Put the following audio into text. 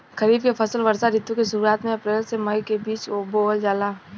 खरीफ के फसल वर्षा ऋतु के शुरुआत में अप्रैल से मई के बीच बोअल जाला